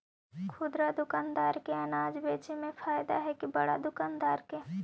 खुदरा दुकानदार के अनाज बेचे में फायदा हैं कि बड़ा दुकानदार के?